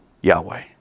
Yahweh